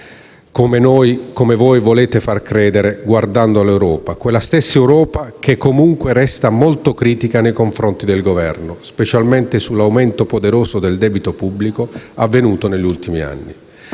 come si vuol far credere, guardando all'Europa, quella stessa Europa che, comunque, resta molto critica nei confronti del Governo, specialmente sull'aumento poderoso del debito pubblico avvenuto negli ultimi anni.